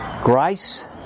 Grace